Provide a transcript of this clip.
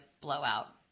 blowout